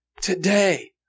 today